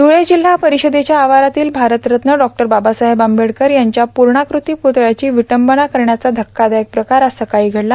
ध्रळे जिल्हा परिषदेच्या आवारातील भारतरत्न डॉ बाबासाहेब आंबेडकर यांच्या पूर्णाकृती प्रतळ्याची विटंबना करण्याचा धक्कादायक प्रकार आज सकाळी घडला